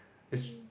it's